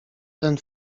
ten